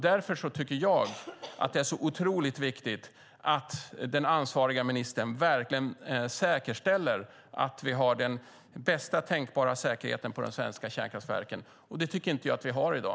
Därför tycker jag att det är så otroligt viktigt att den ansvariga ministern verkligen säkerställer att vi har den bästa tänkbara säkerheten på de svenska kärnkraftverken. Det tycker jag inte att vi har i dag.